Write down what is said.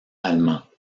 allemand